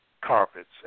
carpets